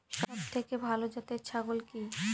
সবথেকে ভালো জাতের ছাগল কি?